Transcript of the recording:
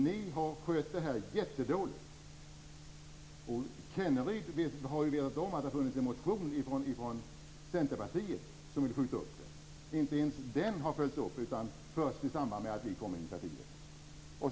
Ni har skött detta jättedåligt. Kenneryd har ju vetat om att Centerpartiet i en motion har föreslagit ett uppskjutande. Inte ens den motionen har följts upp förrän i samband med att vi kom med initiativet.